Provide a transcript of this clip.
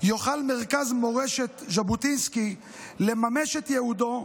יוכל מרכז מורשת ז'בוטינסקי לממש את ייעודו,